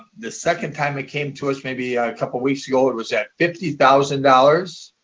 the second time it came to us, maybe a couple weeks ago, it was at fifty thousand dollars.